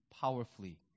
powerfully